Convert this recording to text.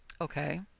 Okay